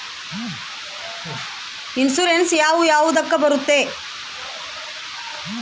Insurance ಯಾವ ಯಾವುದಕ್ಕ ಬರುತ್ತೆ?